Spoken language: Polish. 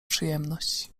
przyjemność